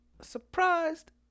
surprised